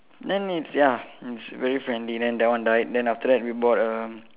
then it's ya it's very friendly then that one died then after that we bought a